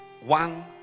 one